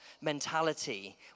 mentality